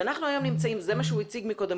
שאנחנו היום נמצאים זה מה שגיל הציג קודם